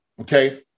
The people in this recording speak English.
Okay